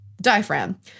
Diaphragm